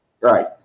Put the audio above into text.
Right